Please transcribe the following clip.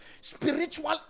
spiritual